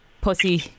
pussy